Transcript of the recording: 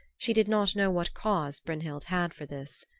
she did not know what cause brynhild had for this.